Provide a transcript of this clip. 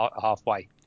halfway